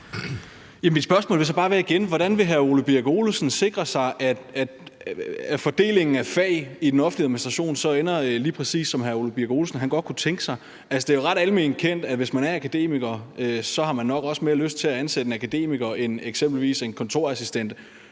Hvordan vil hr. Ole Birk Olesen sikre sig, at fordelingen af fag i den offentlige administration så ender, lige præcis som hr. Ole Birk Olesen godt kunne tænke sig? Altså, det er jo ret alment kendt, at hvis man er akademiker, har man nok også mere lyst til at ansætte en akademiker end eksempelvis en kontorassistent,